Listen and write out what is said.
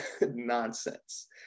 nonsense